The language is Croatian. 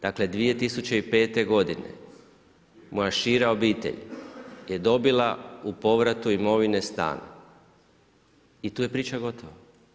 Dakle 2005. godine moja šira obitelj je dobila u povratu imovine stan i tu je priča gotova.